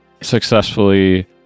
successfully